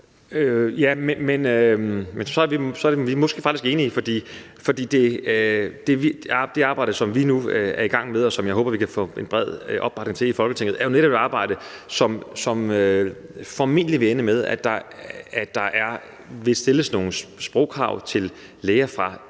Men så er vi måske faktisk enige, for det arbejde, som vi nu er i gang med, og som jeg håber vi kan få en bred opbakning til i Folketinget, er jo netop et arbejde, som formentlig vil ende med, at der vil blive stillet nogle sprogkrav til læger fra EU, men